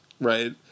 Right